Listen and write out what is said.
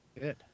Good